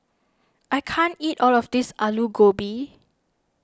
I can't eat all of this Aloo Gobi